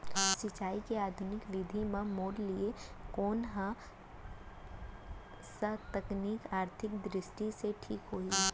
सिंचाई के आधुनिक विधि म मोर लिए कोन स तकनीक आर्थिक दृष्टि से ठीक होही?